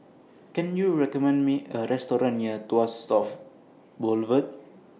Can YOU recommend Me A Restaurant near Tuas South Boulevard